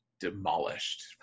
demolished